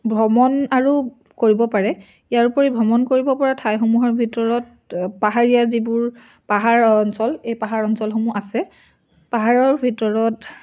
ভ্ৰমণ আৰু কৰিব পাৰে ইয়াৰোপৰি ভ্ৰমণ কৰিব পৰা ঠাইসমূহৰ ভিতৰত পাহাৰীয়া যিবোৰ পাহাৰ অঞ্চল এই পাহাৰ অঞ্চলসমূহ আছে পাহাৰৰ ভিতৰত